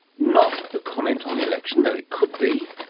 not a comment on the election, though it could be.